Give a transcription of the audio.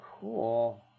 Cool